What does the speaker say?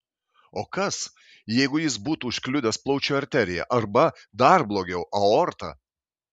o kas jeigu jis būtų užkliudęs plaučių arteriją arba dar blogiau aortą